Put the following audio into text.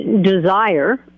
desire